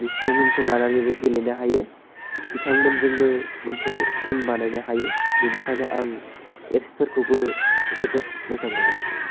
बे बिथांमोनखौ लानानैबो गेलेनो हायो बिथांमोनजोंबो मोनसे टिम बानायनो हायो बेनिखायनो आं एप्स फोरखौबो जोबोद मोजां मोनो